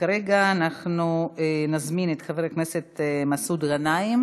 כרגע נזמין את חבר הכנסת מסעוד גנאים